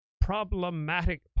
problematic